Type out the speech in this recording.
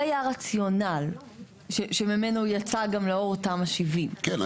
זה היה הרציונל שממנו גם יצא לאור תמ"א 70. כן.